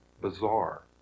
bizarre